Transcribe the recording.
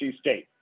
State